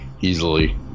easily